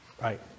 Right